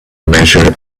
measure